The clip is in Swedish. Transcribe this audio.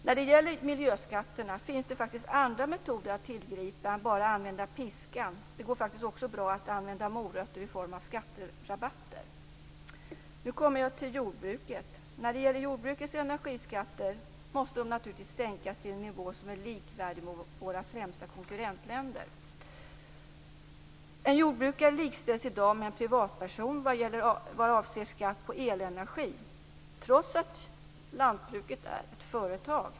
När det gäller miljöskatterna finns det faktiskt andra metoder att tillgripa än att bara använda piskan. Det går faktiskt också bra att använda morötter i form av skatterabatter. Jag går nu över till jordbruket. Jordbrukets energiskatter måste naturligtvis sänkas till en nivå som är likvärdig med våra främsta konkurrentländers. En jordbrukare likställs i dag med en privatperson vad avser skatt på elenergi, trots att lantbruket är ett företag.